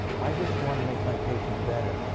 i just want to make my patients better.